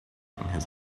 his